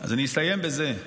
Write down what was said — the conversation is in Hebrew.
אז אסיים בזה: